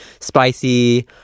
spicy